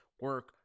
Work